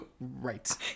Right